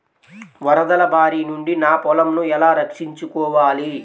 వరదల భారి నుండి నా పొలంను ఎలా రక్షించుకోవాలి?